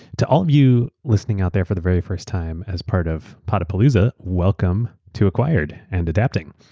to all of you listening out there for the very first time as part of potapalooza, welcome to acquired and adapting.